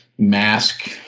mask